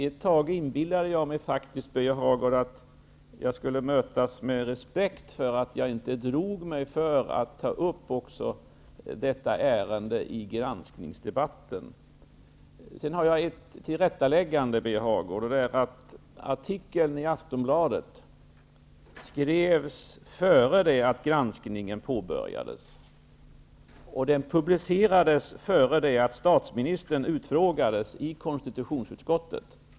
Ett tag inbillade jag mig faktiskt, Birger Hagård, att jag skulle mötas med respekt för att jag inte drog mig för att ta upp också detta ärende i granskningsdebatten. Sedan vill jag göra ett tillrättaläggande, Birger Hagård. Artikeln i Aftonbladet skrevs nämligen innan granskningen påbörjades. Artikeln publicerades innan statsministern utfrågades i konstitutionsutskottet.